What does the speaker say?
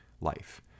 life